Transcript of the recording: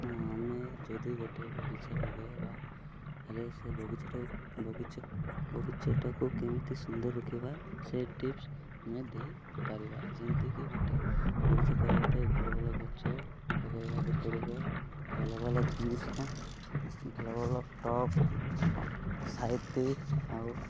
ହଁ ଆମେ ଯଦି ଗୋଟିଏ ବଗିଚା ଲଗାଇବା ହେଲେ ସେ ବଗିଚାଟାକୁ ବଗିଚା ବଗିଚାଟାକୁ କେମିତି ସୁନ୍ଦର ରଖିବା ସେ ଟିପ୍ସ ଆମେ ଦେଇପାରିବା ଯେମିତିକି ଗୋଟେ ବଗିଚା କରିବା ପାଇଁ ଭଲ ଭଲ ଗଛ ଲଗାଇବାକୁ ପଡ଼ିବ ଭଲ ଭଲ ଜିନିଷ ଭଲ ଭଲ ଟପ୍ ଆଉ ସାଇତି ଆଉ